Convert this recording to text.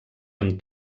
amb